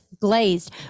Glazed